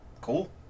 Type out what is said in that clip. cool